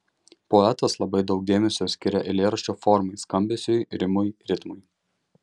poetas labai daug dėmesio skiria eilėraščio formai skambesiui rimui ritmui